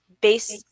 based